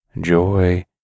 Joy